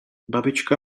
babička